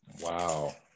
Wow